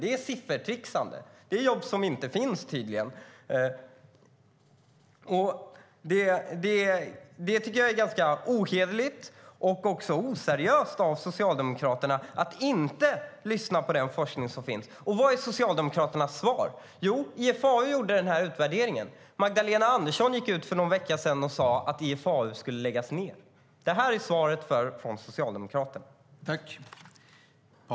Det är siffertricksande och jobb som tydligen inte finns. Det är ganska ohederligt och också oseriöst av Socialdemokraterna att inte lyssna på den forskning som finns. Vad är då Socialdemokraternas svar? Jo, det var IFAU som gjorde utvärderingen. Magdalena Andersson gick för någon vecka sedan ut och sade att IFAU skulle läggas ned. Det är svaret från Socialdemokraterna.